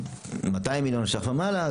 200 מיליון ₪ ומעלה,